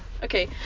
Okay